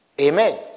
Amen